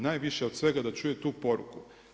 Najviše od svega da čuje tu poruku.